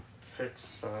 fix